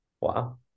Wow